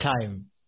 Time